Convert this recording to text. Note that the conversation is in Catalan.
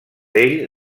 ell